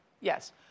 Yes